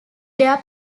their